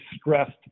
stressed